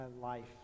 life